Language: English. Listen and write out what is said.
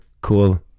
cool